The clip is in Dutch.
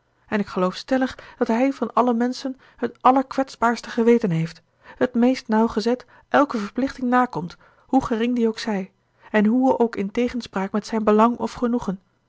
en ik geloof stellig dat hij van alle menschen het allerkwetsbaarste geweten heeft het meest nauwgezet elke verplichting nakomt hoe gering die ook zij en hoe ook in tegenspraak met zijn belang of genoegen